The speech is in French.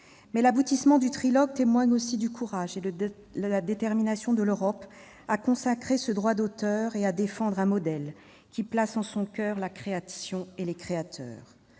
Mais l'aboutissement du trilogue témoigne aussi du courage et de la détermination de l'Europe à consacrer le droit d'auteur et à défendre un modèle qui place en son coeur la création et les créateurs.